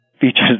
features